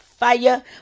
Fire